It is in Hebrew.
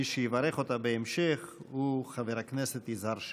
מי שיברך אותה בהמשך הוא חבר הכנסת יזהר שי.